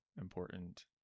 important